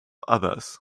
others